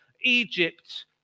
Egypt